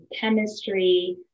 chemistry